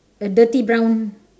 and dirty brown